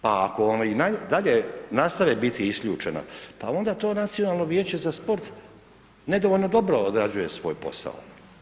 Pa ako vam i dalje nastave biti isključena, pa onda to Nacionalno vijeće za sport, nedovoljno dobro odrađuje svoj posao.